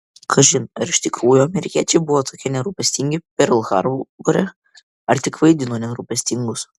kažin ar iš tikrųjų amerikiečiai buvo tokie nerūpestingi perl harbore ar tik vaidino nerūpestingus